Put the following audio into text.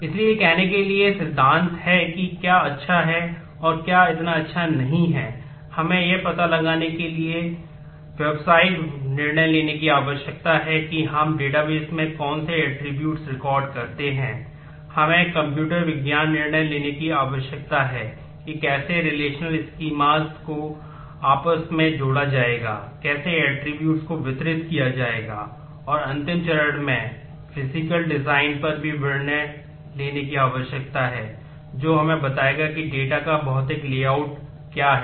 इसलिए यह कहने के लिए सिद्धांत हैं कि क्या अच्छा है और क्या इतना अच्छा नहीं है हमें यह पता लगाने के लिए व्यावसायिक निर्णय लेने की आवश्यकता है कि हम डेटाबेस में कौन से ऐट्रिब्यूट्स का भौतिक लेआउट क्या है